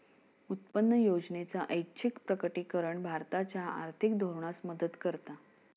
उत्पन्न योजनेचा ऐच्छिक प्रकटीकरण भारताच्या आर्थिक धोरणास मदत करता